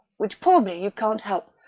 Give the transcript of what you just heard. which probably you can't help,